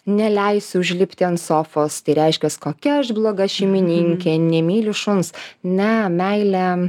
neleisiu užlipti ant sofos tai reiškias kokia aš bloga šeimininkė nemyliu šuns ne meilė